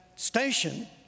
station